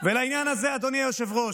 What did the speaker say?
ולעניין הזה, אדוני היושב-ראש,